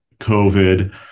COVID